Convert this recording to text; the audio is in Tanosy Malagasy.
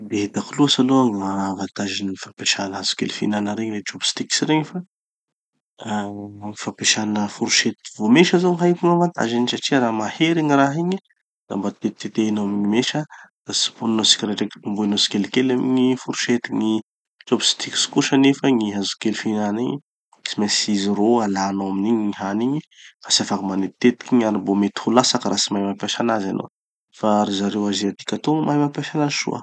Tsy de hitako loatsy aloha gny maha- avantagen'ny gny fampesana hazokely fihinana regny le chopsticks regny fa raha gny fampesana forosety vô mesa zao, haiko gn'avantageny satria raha mahery gny raha igny, da mba tetitetehinao amy gny mesa, da tsiponinao tsikiraidraiky tombohinao tsikelikely amy gny forosety. Gny chopsticks kosa nefa gny hazokely fihinana igny, tsy maintsy izy roa alanao amin'igny gny hany igny, ka tsy afaky manetitetiky gny hany. Mbo mety ho latsaky no tsy mahay mampiasa anazy hanao. Fa ry zareo aziatika toa mahay mampiasa anazy soa.